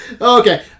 Okay